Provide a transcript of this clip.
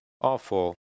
awful